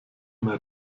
mehr